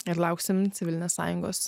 ir lauksim civilinės sąjungos